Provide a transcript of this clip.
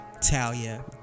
talia